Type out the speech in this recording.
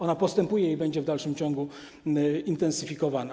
Ona postępuje i będzie w dalszym ciągu intensyfikowana.